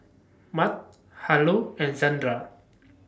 Mart Harlow and Zandra